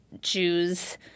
Jews